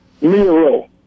Miro